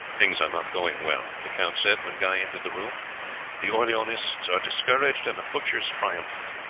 things are not going well, the count said when guy entered the room the orleanists are discouraged and the butchers triumphant.